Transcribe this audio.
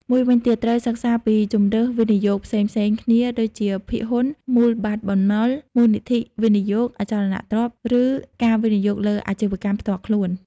មួយវិញទៀត ត្រូវសិក្សាពីជម្រើសវិនិយោគផ្សេងៗគ្នា ដូចជាភាគហ៊ុន មូលបត្របំណុល មូលនិធិវិនិយោគ អចលនទ្រព្យ ឬការវិនិយោគលើអាជីវកម្មផ្ទាល់ខ្លួន។